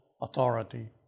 authority